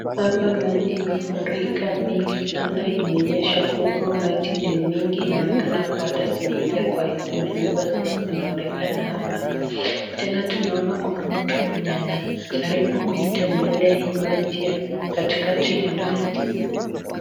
Hapa maji imefurika mingi sana imenyesha kubwa maji ni mingi inaonekana kama hata zimeingia kwa hizi manyumba zenye zinaonekana hapa. Tena tunaona kuna mtu anajaribu kutembelea katikati ya maji.